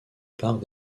part